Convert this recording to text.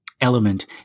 element